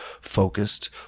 focused